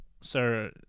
sir